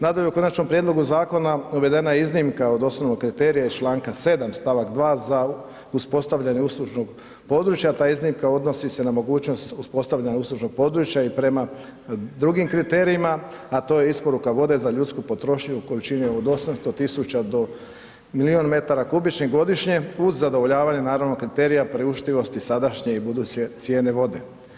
Nadalje, u Konačnom prijedlogu zakona uvedena je iznimka od osnovnog kriterija iz čl. 7. st. 2. za uspostavljanje uslužnog područja, ta iznimka odnosi se na mogućnost uspostavljanja uslužnog područja i prema drugim kriterijima, a to je isporuka vode za ljudsku potrošnju u količini od 800 000 do milijun m3 godišnje uz zadovoljavanje naravno kriterija priuštivosti sadašnje i buduće cijene vode.